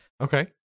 Okay